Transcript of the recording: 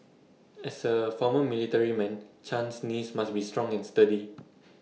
as A former military man Chan's knees must be strong and sturdy